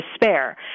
despair